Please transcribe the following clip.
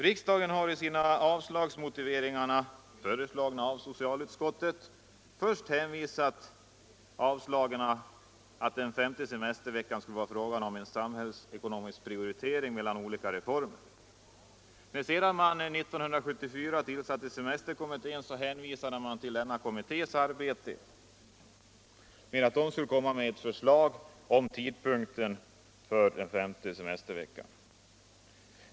Riksdagen har i sina avslagsmotiveringar, föreslagna av socialutskottet, först hänvisat till att det skulle vara fråga om en samhällsekonomisk prioritering mellan olika reformer. Sedan semesterkommittén tillsattes 1974, har man hänvisat till denna kommittés arbete. Den skulle framlägga förslag om tidpunkten för genomförandet av den femte semesterveckan.